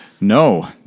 No